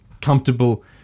comfortable